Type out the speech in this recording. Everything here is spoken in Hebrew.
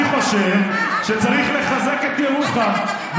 אני חושב שצריך לחזק את ירוחם,